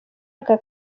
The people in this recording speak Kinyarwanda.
aka